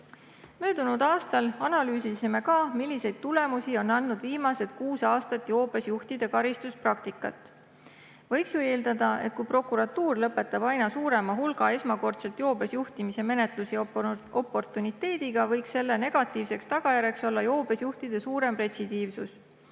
Möödunud aastal analüüsisime ka, milliseid tulemusi on viimase kuue aasta jooksul andnud joobes juhtide karistamise praktika. Võiks ju eeldada, et kui prokuratuur lõpetab aina suurema hulga esmakordselt joobes juhtimise menetlusi oportuniteediga, võiks selle negatiivseks tagajärjeks olla joobes juhtide suurem retsidiivsus,